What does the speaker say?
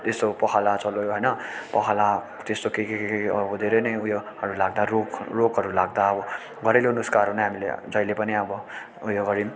यसो पखाला चल्यो होइन पखाला त्यस्तो के के के धेरै नै उयोहरू लाग्दा रोग रोगहरू लाग्दा अब घरेलु नुस्खाहरू नै हामीले जहीले पनि अब उयो गऱ्यौँ